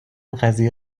قضیه